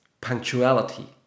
punctuality